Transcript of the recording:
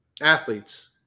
athletes